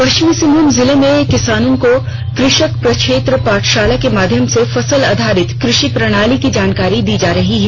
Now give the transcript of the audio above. पश्चिमी सिंहभूम जिले में किसानों को कृषक प्रक्षेत्र पाठशाला के माध्यम से फसल आधारित कृ षि प्रणाली की जानकारी दी जा रही है